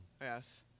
Yes